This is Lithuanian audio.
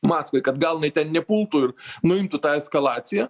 maskvai kad gal jinai ten nepultų ir nuimtų tą eskalaciją